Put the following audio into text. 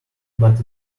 but